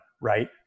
right